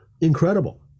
Incredible